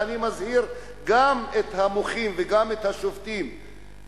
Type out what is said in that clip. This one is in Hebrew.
ואני מזהיר גם את המוחים וגם את השובתים,